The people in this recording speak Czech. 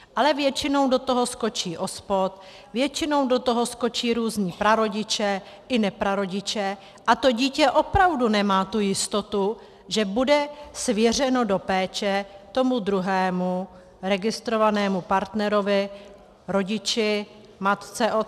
Ale většinou do toho skočí OSPOD, většinou do toho skočí různí prarodiče i neprarodiče a to dítě opravdu nemá jistotu, že bude svěřeno do péče tomu druhému registrovanému partnerovi, rodiči, matce, otci.